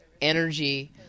energy